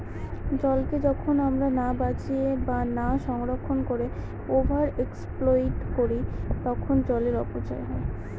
জলকে যখন আমরা না বাঁচিয়ে বা না সংরক্ষণ করে ওভার এক্সপ্লইট করি তখন জলের অপচয় হয়